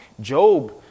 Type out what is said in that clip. Job